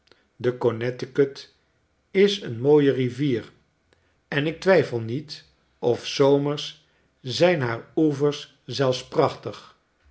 leed be connecticut is een mooie rivier en ik twijfel niet of s zomers zijn haar oevers zelfs prachtig